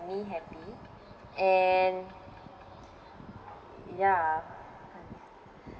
me happy and ya